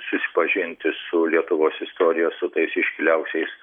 susipažinti su lietuvos istorija su tais iškiliausiais